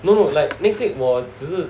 no like next week 我只是